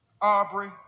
Aubrey